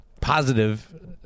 positive